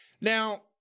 Now